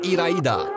Iraida